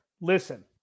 listen